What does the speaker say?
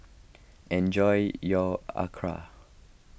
enjoy your Acar